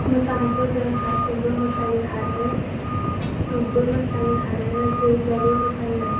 मोसानायखौ जों हारसिंबो मोसायो आरो ग्रुपबो मोसायो आरो जेवजाबो मोसायो